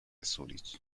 zúrich